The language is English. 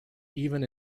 even